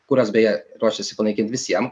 kurias beje ruošiasi panaikint visiem